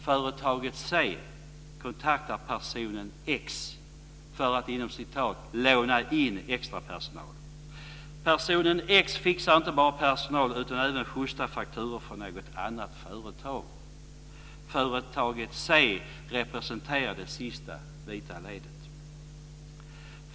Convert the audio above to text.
Företaget C kontaktar personen X för att "låna in" extra personal. Personen X fixar inte bara personal utan även schysta fakturor för något annat företag. Företaget C representerar det sista vita ledet.